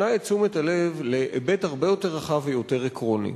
מפנה את תשומת-הלב להיבט הרבה יותר רחב ויותר עקרוני.